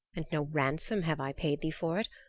and no ransom have i paid thee for it,